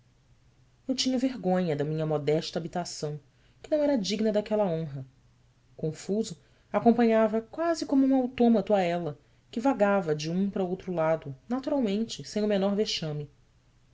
eu tinha vergonha da minha modesta habitação que não era digna daquela honra confuso acompanhava quase como um autômato a ela que vagava de um para outro lado naturalmente sem o menor vexame